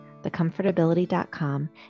thecomfortability.com